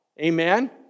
Amen